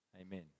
Amen